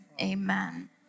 amen